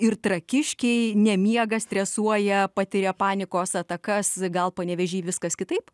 ir trakiškiai nemiega stresuoja patiria panikos atakas gal panevėžy viskas kitaip